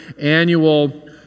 annual